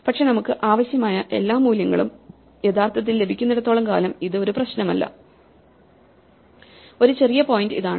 പക്ഷേ നമുക്ക് ആവശ്യമായ എല്ലാ മൂല്യങ്ങളും യഥാർത്ഥത്തിൽ ലഭിക്കുന്നിടത്തോളം കാലം ഇത് ഒരു പ്രശ്നമല്ല ഒരു ചെറിയ പോയിന്റ് ഇതാണ്